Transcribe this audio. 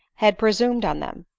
had presumed on them,